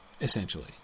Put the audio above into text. essentially